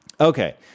Okay